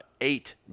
Eight